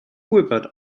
gwybod